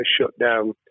shutdown